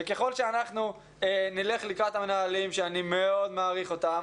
וככל שאנחנו נלך לקראת המנהלים שאני מאוד מעריך אותם,